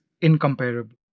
incomparable